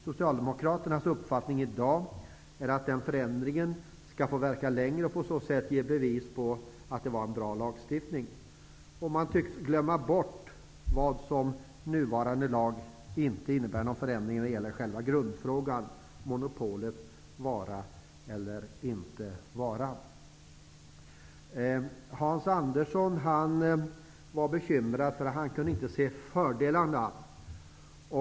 Socialdemokraternas uppfattning i dag är att dessa förändringar skall få verka längre och på så sätt ge bevis på att det var en bra lagstiftning. Man tycks glömma bort att den nuvarande lagen inte innebär någon förändring när det gäller själva grundfrågan, monopolets vara eller inte vara. Hans Andersson var bekymrad, eftersom han inte kunde se fördelarna.